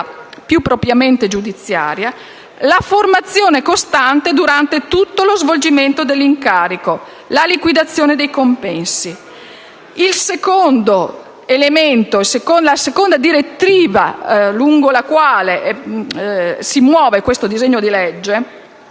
più propriamente giudiziarie; la formazione costante durante tutto lo svolgimento dell'incarico; la liquidazione dei compensi. La seconda direttrice lungo la quale si muove questo disegno di legge